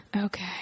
Okay